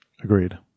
Agreed